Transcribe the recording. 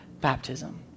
baptism